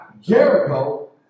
Jericho